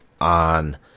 on